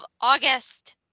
August